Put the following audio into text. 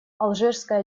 алжирская